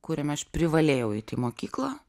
kuriame aš privalėjau eit į mokyklą